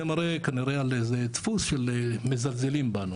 זה מראה כנראה על איזשהו דפוס שממשיכים בנו,